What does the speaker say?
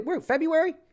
February